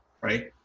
right